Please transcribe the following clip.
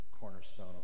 cornerstone